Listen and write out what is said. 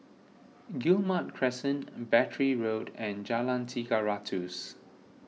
Guillemard Crescent Battery Road and Jalan Tiga Ratus